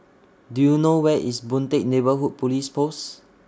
Do YOU know Where IS Boon Teck Neighbourhood Police Post